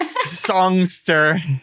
songster